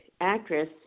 actress